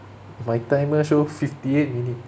my timer show fifty eight minute